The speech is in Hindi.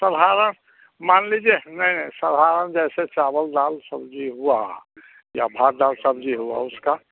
साधारण मान लीजिए नहीं साधारण जैसे चावल दाल सब्ज़ी हुआ या भात दाल सब्ज़ी हुआ उसका